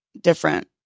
different